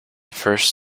first